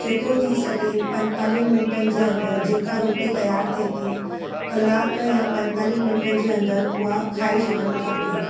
जेतिरो थी सघे पंतालीहनि मिनिटनि जे अंदरि जेका रोटी तयारु थे ती कलाक या पंतालीहनि मिनिटनि जे अंदरि उहा खाई छाॾिण खपे